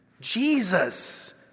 Jesus